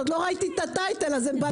עוד לא ראיתי את ה"טייטל" הזה...